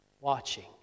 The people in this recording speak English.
watching